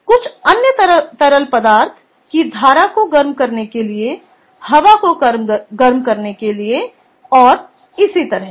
कुछ अन्य तरल पदार्थ की धारा को गर्म करने के लिए हवा को गर्म करने के लिए और इसी तरह से